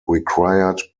required